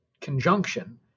conjunction